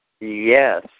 Yes